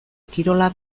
kirola